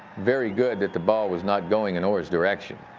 very good that the ball was not going in orr's direction.